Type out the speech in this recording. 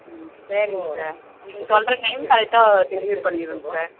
ம் சரிங்க சார் நீங்கள் சொல்கிற டைம் கரெக்ட்டாக டெலிவரி பண்ணிவிடுறோங்க சார்